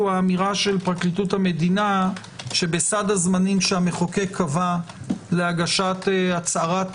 הוא אמירת פרקליטות המדינה שבסד הזמנים שהמחוקק קבע להגשת הצהרת